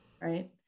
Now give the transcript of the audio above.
right